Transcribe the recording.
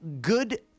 Good